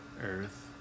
Earth